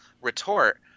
retort